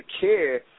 care